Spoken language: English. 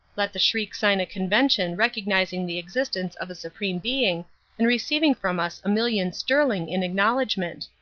let the shriek sign a convention recognizing the existence of a supreme being and receiving from us a million sterling in acknowledgment.